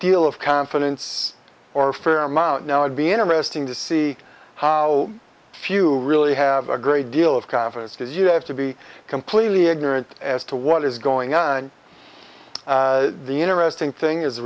deal of confidence or fairmount now would be interesting to see how few really have a great deal of confidence because you have to be completely ignorant as to what is going on the interesting thing is the